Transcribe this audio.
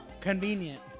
convenient